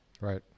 Right